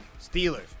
Steelers